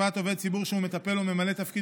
(תקיפת עובד ציבור שהוא מטפל או ממלא תפקיד